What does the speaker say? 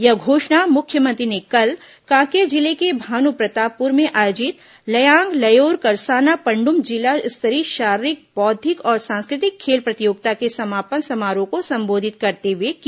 यह घोषणा मुख्यमंत्री ने कल कांकेर जिले के भानुप्रतापपुर में आयोजित लयांग लयोर करसाना पण्डुम जिला स्तरीय शारीरिक बौद्धिक और सांस्कृतिक खेल प्रतियोगिता के समापन समारोह को संबोधित करते हुए की